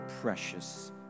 precious